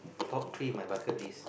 top three in my bucket list